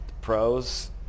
pros